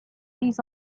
these